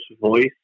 voice